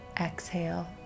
Exhale